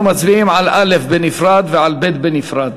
אנחנו מצביעים על א' בנפרד ועל ב' בנפרד.